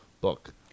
book